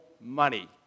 money